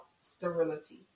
sterility